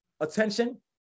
attention